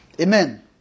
Amen